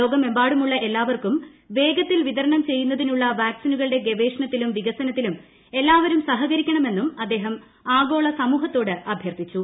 ലോകമെമ്പാടുമുള്ള എല്ലാവർക്കും വേഗത്തിൽ വിതരണം ചെയ്യുന്നതിനുള്ള വാക്സിനുകളുടെ ഗവേഷണത്തിലും വികസനത്തിലും എല്ലാവരും സഹകരിക്കണമെന്നും അദ്ദേഹം ആഗോള സമൂഹത്തോട് അഭ്യർത്ഥിച്ചു